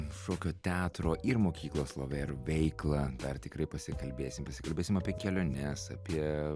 šokio teatro ir mokyklos lover veiklą dar tikrai pasikalbėsim pasikalbėsim apie keliones apie